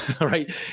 right